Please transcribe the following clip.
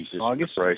August